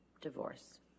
divorce